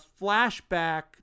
flashback